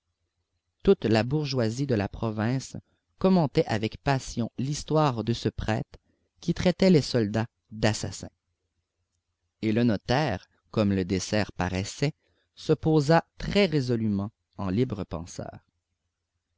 toute la bourgeoisie de la province commentait avec passion l'histoire de ce prêtre qui traitait les soldats d'assassins et le notaire comme le dessert paraissait se posa très résolument en libre penseur